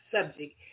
subject